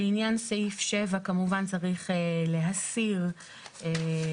לעניין סעיף 7 כמובן צריך להסיר את